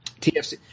TFC